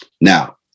Now